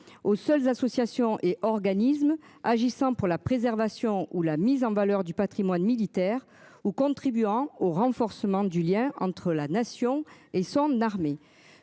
aux seules associations et organismes agissant pour la préservation ou la mise en valeur du Patrimoine militaire ou contribuant au renforcement du lien entre la nation et son armée